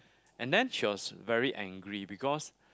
and then she was very angry because